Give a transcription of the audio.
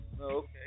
Okay